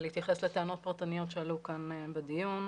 להתייחס לטענות פרטניות שעלו כאן בדיון.